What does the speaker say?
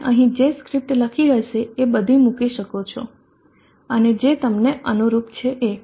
તમે અહી જે સ્ક્રિપ્ટસ લખી હશે એ બધી મૂકી શકો છો અને જે તમને અનુરૂપ છે એ